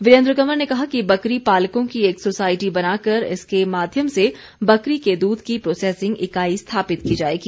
वीरेन्द्र कंवर ने कहा कि बकरी पालकों की एक सोसाइटी बनाकर इसके माध्यम से बकरी के दूध की प्रोसेसिंग इकाई स्थापित की जाएगी